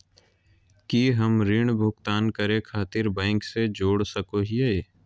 की हम ऋण भुगतान करे खातिर बैंक से जोड़ सको हियै?